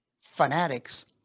fanatics